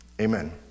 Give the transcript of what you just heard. Amen